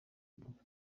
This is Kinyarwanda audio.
dufite